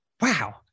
wow